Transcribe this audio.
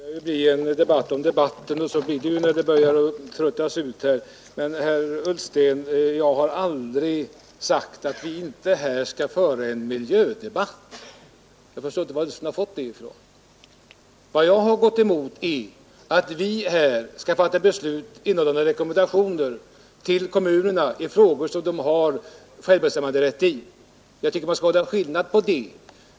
Herr talman! Det här börjar bli en debatt om debatten — så brukar det gå när den tänjs ut. Jag har aldrig sagt, herr Ullsten, att vi inte här skall föra en miljödebatt. Vad jag har gått emot är att vi här skulle fatta beslut innehållande rekommendationer till kommunerna i frågor där de har självbestämmanderätt.